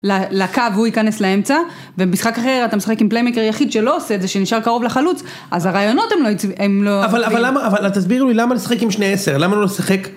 לקו הוא ייכנס לאמצע ובמשחק אחר אתה משחק עם פליימקר יחיד שלא עושה את זה שנשאר קרוב לחלוץ אז הרעיונות הם לא אבל אבל למה אבל תסביר לי למה לשחק עם שני 10 למה לא לשחק.